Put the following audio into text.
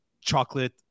chocolate